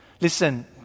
Listen